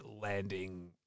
landing